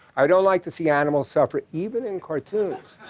i don't like to see animals suffer even in cartoons.